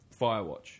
Firewatch